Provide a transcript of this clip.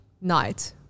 night